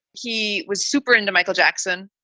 he was super into michael jackson.